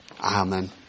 Amen